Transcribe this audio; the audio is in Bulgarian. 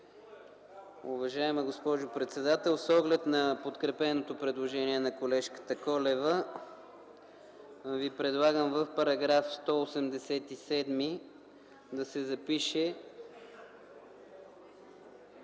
Уважаема госпожо председател, с оглед на подкрепеното предложение на колежката Колева, Ви предлагам в § 187 да се запише: